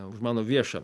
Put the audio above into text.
už mano viešą